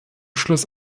schluss